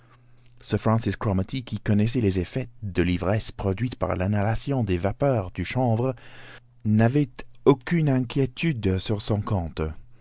sir francis cromarty qui connaissait les effets de l'ivresse produite par l'inhalation des vapeurs du chanvre n'avait aucune inquiétude sur son compte